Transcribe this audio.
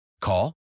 Call